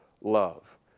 love